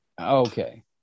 Okay